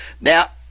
Now